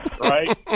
right